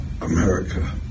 America